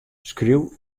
skriuw